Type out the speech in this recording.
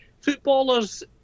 Footballers